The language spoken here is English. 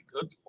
Good